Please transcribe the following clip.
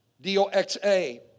D-O-X-A